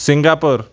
Singapore